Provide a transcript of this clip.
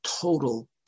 total